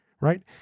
right